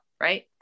right